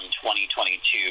2022